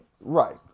Right